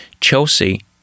Chelsea